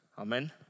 Amen